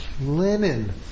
Linen